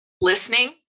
listening